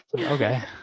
Okay